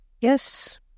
yes